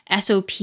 SOP